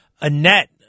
Annette